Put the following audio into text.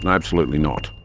and absolutely not.